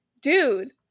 dude